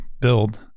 build